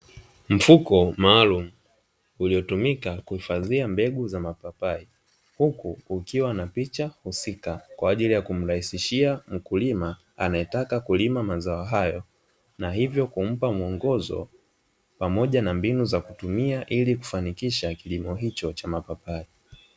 Mfuko maalumu uliotumika kuhifadhia mbegu za mapapai, huku kukiwa na picha husika kwa ajili ya kumrahisishia mkulima anayetaka kulima mazao hayo na hivyo kumpa muongozo pamoja na mbinu za kutumia ili kufanikisha kilimo hicho cha mapapai.